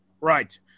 Right